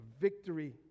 victory